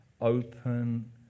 open